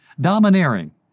domineering